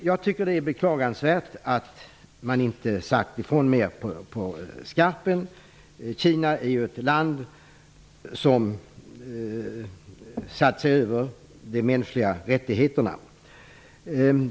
Jag tycker att det är beklagansvärt att man inte sagt ifrån mer på skarpen. Kina är ett land som satt sig över de mänskliga rättigheterna.